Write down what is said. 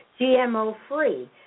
GMO-free